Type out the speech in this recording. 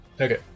Okay